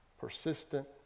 persistent